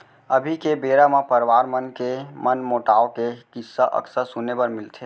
अभी के बेरा म परवार मन के मनमोटाव के किस्सा अक्सर सुने बर मिलथे